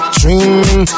dreaming